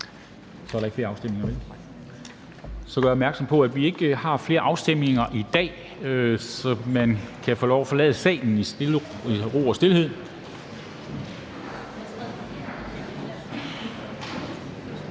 er forkastet. Så gør jeg opmærksom på, at vi ikke har flere afstemninger i dag, så man kan få lov at forlade salen i ro og stilhed.